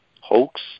hoax